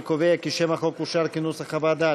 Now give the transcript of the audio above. אני קובע כי שם החוק אושר כנוסח הוועדה.